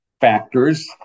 factors